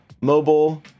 mobile